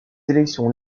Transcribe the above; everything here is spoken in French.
élections